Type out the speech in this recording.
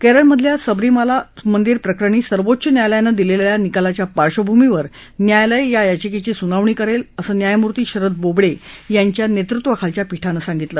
केरळमधल्या सबरीमाला मंदिर प्रकरणी सर्वोच्च न्यायालयानं दिलेल्या निकालाच्या पार्श्वभूमीवर न्यायालय या याचिकेची सुनावणी करेल असं न्यायमूर्ती शरद बोबडे यांच्या नेतृत्वाखालच्या पीठानं सांगितलं